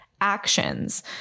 actions